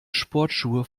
sportschuhe